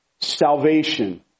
salvation